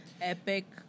Epic